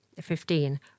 fifteen